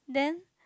then